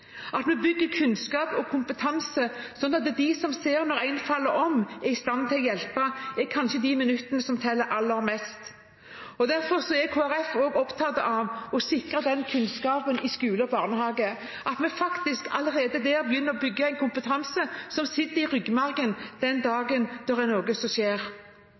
at vi bygger kunnskap og kompetanse, slik at de som ser en falle om, er i stand til å hjelpe i de minuttene som kanskje teller aller mest. Derfor er Kristelig Folkeparti opptatt av å sikre den kunnskapen også i skole og barnehage, at vi faktisk allerede der begynner å bygge en kompetanse som sitter i ryggmargen den dagen det er noe som skjer.